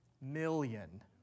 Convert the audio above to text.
million